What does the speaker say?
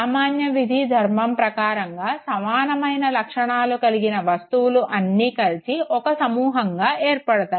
సామాన్య విధి ధర్మం ప్రకారంగా సమానమైన లక్షణాలు కలిగిన వస్తువులు అన్నీ కలిసి ఒక సమూహంగా ఏర్పడుతాయి